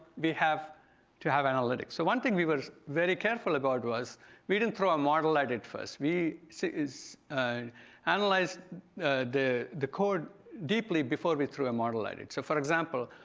we have to have analytics. so one thing we were very careful about was we didn't throw a model i did first, we see is analyze the the code deeply before we throw a model at it. so for example,